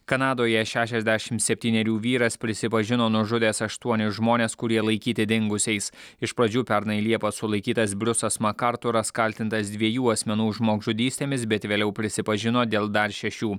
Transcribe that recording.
kanadoje šešiasdešim septynerių vyras prisipažino nužudęs aštuonis žmones kurie laikyti dingusiais iš pradžių pernai liepą sulaikytas briusas makarturas kaltintas dviejų asmenų žmogžudystėmis bet vėliau prisipažino dėl dar šešių